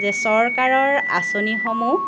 যে চৰকাৰৰ আঁচনিসমূহ